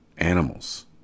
Animals